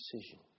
decision